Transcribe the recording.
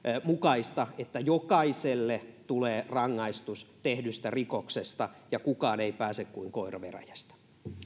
mukaista että jokaiselle tulee rangaistus tehdystä rikoksesta ja kukaan ei pääse kuin koira veräjästä